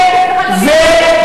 השטחים הכבושים.